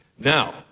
Now